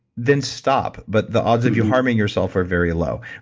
then stop, but the odds of you harming yourself are very low.